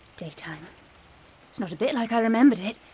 daytime. it's not a bit like i remembered it.